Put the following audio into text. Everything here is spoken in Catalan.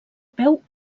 peu